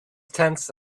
tense